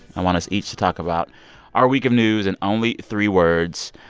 i want us each to talk about our week of news in only three words.